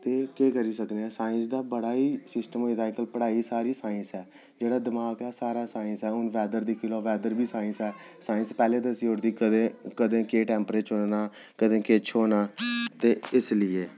ते केह् करी सकने आं साइंस दा बड़ा ई सिस्टम होई दा अज्जकल पढ़ाई सारी साइंस ऐ जेह्ड़ा दमाक ऐ सारा साइंस ऐ हू'न वेदर दिक्खी लैओ वेदर ई साइंस ऐ साइंस पैह्लें दस्सी ओड़दी ऐ कदें केह् केह् टेम्परेचर होना कदें किश होना ते इसलिए